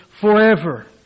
forever